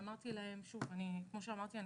כמו שאמרתי,